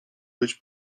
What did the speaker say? być